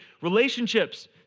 Relationships